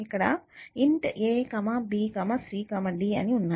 ఇక్కడ int a b c d ఉన్నాయి